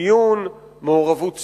דיון, מעורבות ציבור,